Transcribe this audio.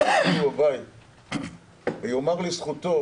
היה --- וייאמר לזכותו